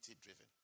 driven